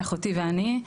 אחותי ואני.